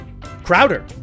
Crowder